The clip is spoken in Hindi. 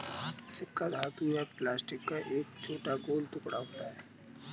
सिक्का धातु या प्लास्टिक का एक छोटा गोल टुकड़ा होता है